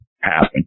happen